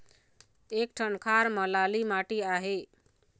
एक ठन खार म लाली माटी आहे?